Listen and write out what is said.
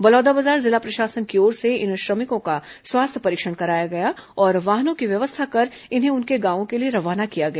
बलौदाबाजार जिला प्रशासन की ओर से इन श्रमिकों का स्वास्थ्य परीक्षण कराया गया और वाहनों की व्यवस्था कर इन्हें उनके गांवों के लिए रवाना किया गया